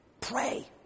Pray